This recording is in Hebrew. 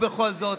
ובכל זאת,